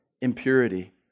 impurity